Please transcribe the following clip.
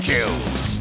Kills